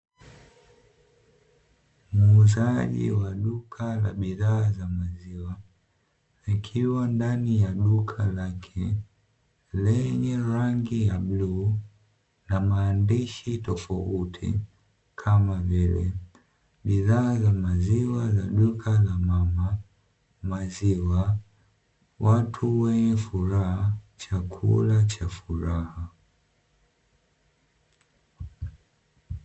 Muuzaji wa duka la bidhaa za maziwa akiwa ndani ya duka lake lenye rangi ya bluu na maandishi tofauti kama vile: bidhaa za maziwa za duka la mama, maziwa, watu wenye furaha, chakula cha furaha.